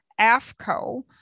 AFCO